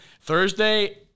Thursday